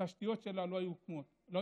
התשתיות שלה לא היו קמות.